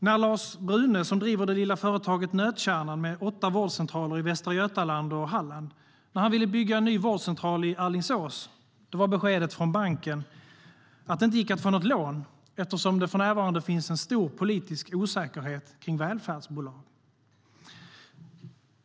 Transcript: När Lars Brune, som driver det lilla företaget Nötkärnan med åtta vårdcentraler i Västra Götaland och Halland, ville bygga en ny vårdcentral i Alingsås var beskedet från banken att det inte gick att få något lån eftersom det för närvarande finns en stor politisk osäkerhet om välfärdsbolag.